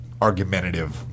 argumentative